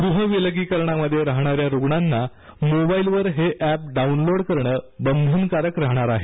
गृह विलगीकरणामध्ये राहणाऱ्या रुग्णांना मोबाईलवर हे अॅप डाउनलोड करणं बंधनकारक राहणार आहे